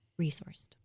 resourced